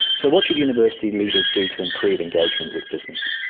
so what should university leaders do to improve engagement with business?